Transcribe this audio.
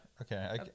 okay